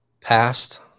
past